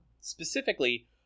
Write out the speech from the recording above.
specifically